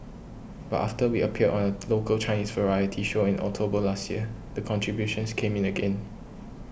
but after we appeared on a local Chinese variety show in October last year the contributions came in again